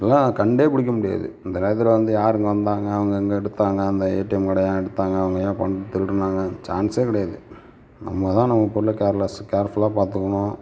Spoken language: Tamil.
இதெல்லாம் கண்டே பிடிக்கமுடியாது அந்த நேரத்தில் வந்து யார் இங்கே வந்தாங்க அவங்க எங்கே எடுத்தாங்க அந்த ஏடிஎம் கார்டை ஏன் எடுத்தாங்க அவங்க ஏன் பணத்தை திருடினாங்க சான்ஸே கிடையாது நம்ம தான் நம்ம பொருளை கேர்லெஸ் கேர்ஃபுல்லாக பார்த்துக்கணும்